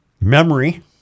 memory